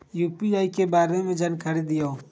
UPI के बारे में जानकारी दियौ?